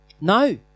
no